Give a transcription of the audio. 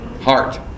Heart